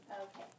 Okay